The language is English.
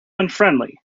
unfriendly